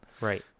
right